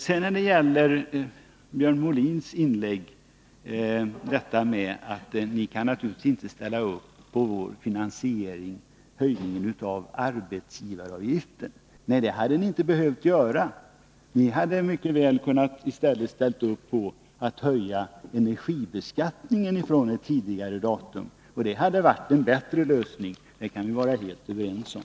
Björn Molin sade i sitt inlägg att folkpartiet naturligtvis inte kan ställa upp på vår finansiering — en höjning av arbetsgivaravgiften. Nej, det hade ni inte behövt göra. Ni hade mycket väl kunnat ställa upp på en höjning av energiskatten från ett tidigare datum. Det hade varit en bättre lösning, det kan vi vara helt överens om.